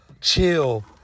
chill